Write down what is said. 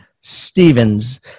Stevens